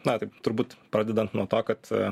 na taip turbūt pradedant nuo to kad a